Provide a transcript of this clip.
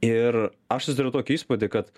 ir aš susidariau tokį įspūdį kad